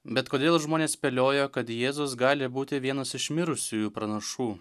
bet kodėl žmonės spėliojo kad jėzus gali būti vienas iš mirusiųjų pranašų